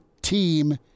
team